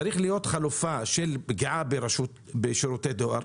צריכה להיות חלופה של פגיעה בשירותי דואר,